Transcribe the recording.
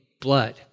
blood